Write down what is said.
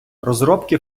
розробки